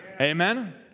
Amen